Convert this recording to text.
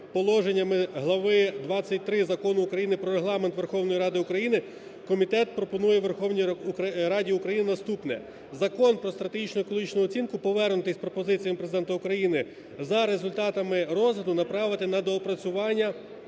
положеннями глави 23 Закону України про Регламент Верховної Ради України, комітет пропонує Верховній Раді України наступне. Закону про стратегічну екологічну оцінку, повернутий з пропозиціями Президента України, за результатами розгляду, направити на доопрацювання